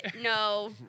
No